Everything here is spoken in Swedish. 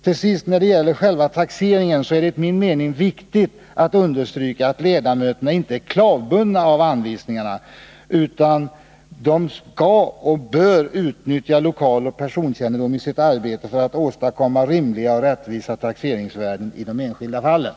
Till sist vill jag säga beträffande själva taxeringen att det enligt min mening är viktigt att understryka att ledamöterna i nämnderna inte är klavbundna-av anvisningarna, utan att de skall utnyttja lokaloch personkännedom i sitt arbete för att åstadkomma rimliga och rättvisa taxeringsvärden i de enskilda fallen.